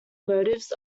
motives